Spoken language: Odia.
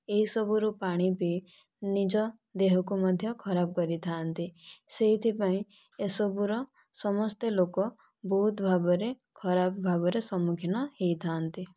ଏହିସବୁରୁ ପାଣି ପିଇ ନିଜ ଦେହକୁ ମଧ୍ୟ ଖରାପ କରିଥାନ୍ତି ସେଇଥିପାଇଁ ଏସବୁର ସମସ୍ତ ଲୋକ ବହୁତ ଭାବରେ ଖରାପ ଭାବରେ ସମ୍ମୁଖିନ ହୋଇଥାନ୍ତି